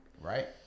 Right